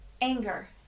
anger